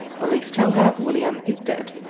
police tell her william is dead.